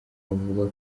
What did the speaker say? buvuga